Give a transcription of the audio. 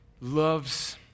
loves